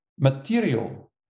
material